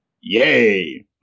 Yay